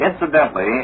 Incidentally